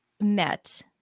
met